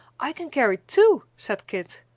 i can carry two, said kit.